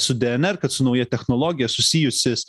su dnr kad su nauja technologija susijusis